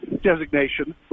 designation